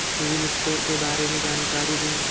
CIBIL score के बारे में जानकारी दें?